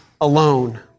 alone